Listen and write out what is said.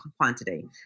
quantity